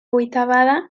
vuitavada